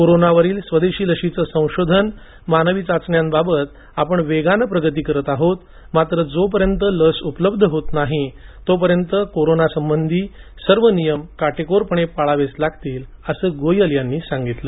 कोरोनावरील स्वदेशी लशीचं संशोधन मानवी चाचण्या याबाबत आपण वेगानं प्रगती करत आहोत मात्र जोपर्यंत लस उपलब्ध होत नाही तोपर्यंत कोरोना संबंधीचे सर्व नियम काटेकोरपणे पाळावेच लागतील असं गोयल म्हणाले